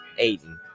Aiden